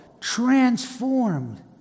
Transformed